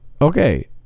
Okay